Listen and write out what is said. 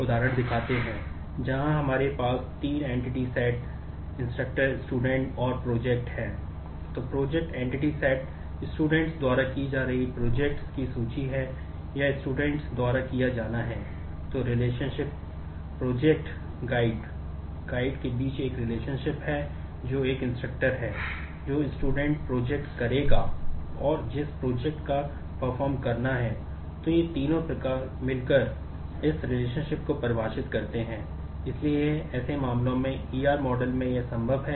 पहला जो हम नोट करते हैं वह entity relationship model instructor student और project है